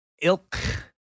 ilk